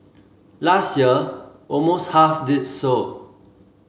last year almost half did so